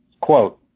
quote